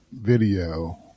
video